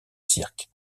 cirque